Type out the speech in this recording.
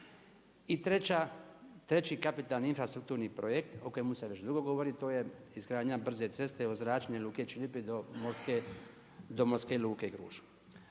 I treći kapitalni infrastrukturni projekt o kojem se već dugo govori to je izgradnja brze ceste od zračne luke Čilipi do morske luke Gruž.